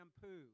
shampoo